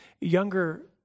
Younger